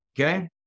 Okay